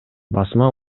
басма